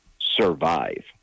survive